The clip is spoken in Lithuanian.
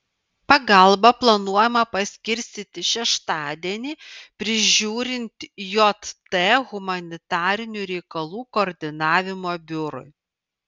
pagalbą planuojama paskirstyti šeštadienį prižiūrint jt humanitarinių reikalų koordinavimo biurui